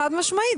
חד משמעית.